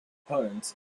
components